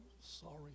sorry